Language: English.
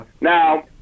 Now